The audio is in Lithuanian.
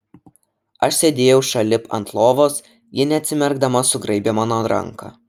aš sėdėjau šalip ant lovos ji neatsimerkdama sugraibė mano ranką